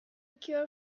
cure